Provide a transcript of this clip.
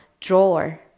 Drawer